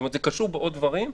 זאת אומרת, זה קשור בעוד דברים.